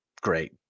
great